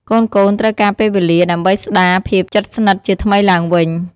កូនៗត្រូវការពេលវេលា ដើម្បីស្ដារភាពជិតស្និទ្ធជាថ្មីឡើងវិញ។